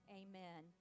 amen